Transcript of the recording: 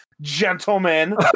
gentlemen